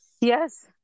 Yes